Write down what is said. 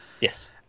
Yes